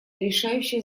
решающее